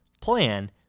plan